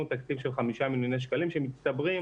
תקציב של חמישה מיליוני שקלים שמצטברים.